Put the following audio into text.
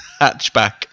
Hatchback